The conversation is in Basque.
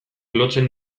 lotzen